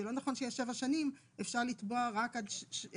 זה לא נכון שיש שבע שנים, אפשר לתבוע רק עד שנתיים